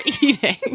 eating